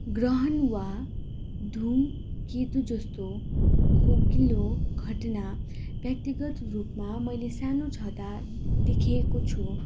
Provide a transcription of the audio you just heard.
ग्रहण वा धूमकेतु जस्तो खगोल घटना व्यक्तिगत रूपमा मैले सानो छँदा देखेको छु